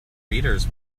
readers